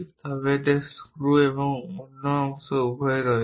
তবে এতে স্ক্রু এবং অন্য অংশ উভয়ই রয়েছে